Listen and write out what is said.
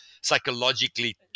psychologically